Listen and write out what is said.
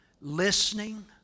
listening